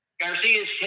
Garcia's